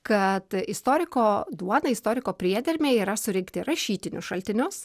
kad istoriko duona istoriko priedermė yra surinkti rašytinius šaltinius